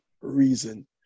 reason